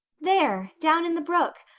there. down in the brook.